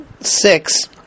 six